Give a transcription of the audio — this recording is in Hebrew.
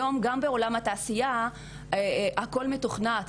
היום, גם בעולם התעשייה הכל מתוכנת.